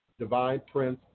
DivinePrince